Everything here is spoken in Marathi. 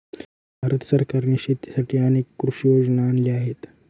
भारत सरकारने शेतीसाठी अनेक कृषी योजना आणल्या आहेत